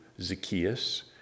Zacchaeus